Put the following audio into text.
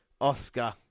Oscar